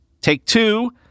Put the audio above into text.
Take-Two